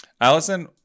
allison